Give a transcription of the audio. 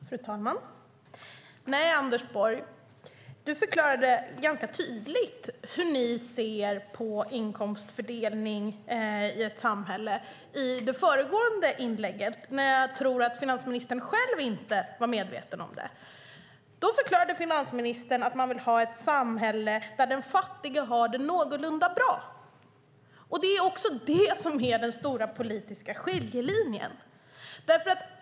Fru talman! Anders Borg förklarade ganska tydligt i det föregående inlägget hur ni ser på inkomstfördelning i ett samhälle, men jag tror inte att finansministern själv var medveten om det. Finansministern förklarade att man vill ha ett samhälle där den fattige har det någorlunda bra. Det är också det som är den stora politiska skiljelinjen.